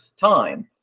time